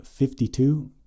52